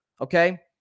okay